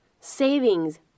savings